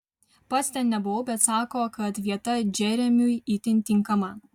pats ten nebuvau bet sako kad vieta džeremiui itin tinkama